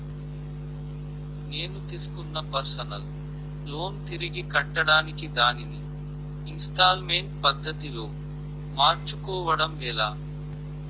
నేను తిస్కున్న personal loan తిరిగి కట్టడానికి దానిని ఇంస్తాల్మేంట్ పద్ధతి లో మార్చుకోవడం ఎలా?